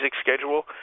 schedule